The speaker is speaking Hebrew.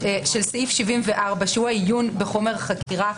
של סעיף 74 שהוא העיון בחומר החקירה,